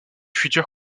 futur